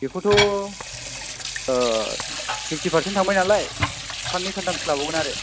बेखौथ' fifty percent थाबाय नालाय साननै सानथामसो लाबावगोन आरो